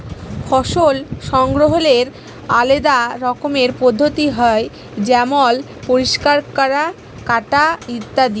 ফসল সংগ্রহলের আলেদা রকমের পদ্ধতি হ্যয় যেমল পরিষ্কার ক্যরা, কাটা ইত্যাদি